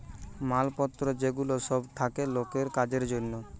মাল পত্র যে গুলা সব থাকে লোকের কাজের জন্যে